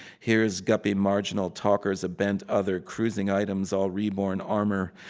here's guppy marginal talker's, a bent other cruising items, all reborn armor,